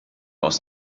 aus